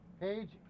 Page